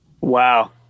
Wow